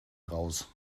raus